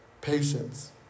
patience